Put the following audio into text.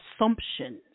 assumptions